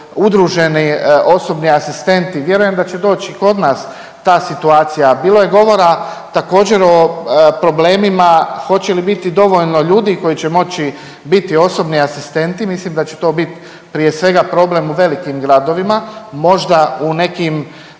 udruženi osobni asistenti. Vjerujem da će doći i kod nas ta situacija. Bilo je govora također o problemima hoće li biti dovoljno ljudi koji će moći biti osobni asistenti. Mislim da će to biti prije svega problem u velikim gradovima, možda u nekim